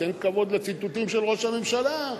תן כבוד לציטוטים של ראש הממשלה.